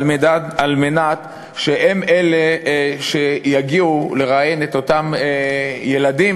מנת שהן שיגיעו לראיין את אותם ילדים,